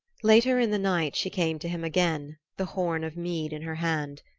later in the night she came to him again, the horn of mead in her hand.